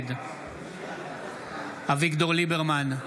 נגד אביגדור ליברמן,